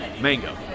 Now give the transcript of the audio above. Mango